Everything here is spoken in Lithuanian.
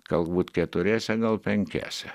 galbūt keturiese gal penkiese